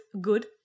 good